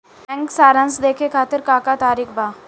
Bank सराश देखे खातिर का का तरीका बा?